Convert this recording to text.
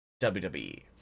WWE